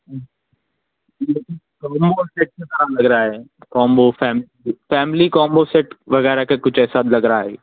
کام لگ رہا ہے combo family family combo set وغیرہ کا کچھ ایسا لگ رہا ہے